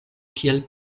kiel